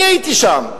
הייתי שם,